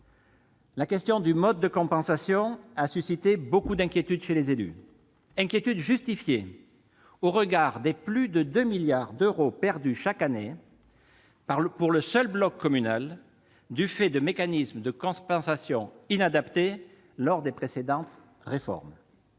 La question du mode de compensation a suscité beaucoup d'inquiétude chez les élus, une inquiétude justifiée au regard des plus de 2 milliards d'euros perdus chaque année par le seul bloc communal du fait des mécanismes de compensation inadaptés institués lors des précédentes réformes.